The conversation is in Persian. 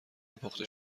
پخته